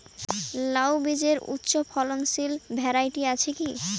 লাউ বীজের উচ্চ ফলনশীল ভ্যারাইটি আছে কী?